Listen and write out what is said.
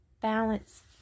balance